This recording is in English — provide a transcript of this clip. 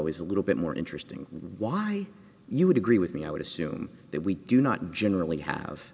is a little bit more interesting why you would agree with me i would assume that we do not generally have